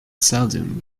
seldom